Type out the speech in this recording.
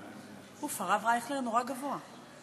אוף, הרב אייכלר נורא גבוה.